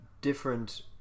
different